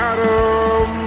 Adam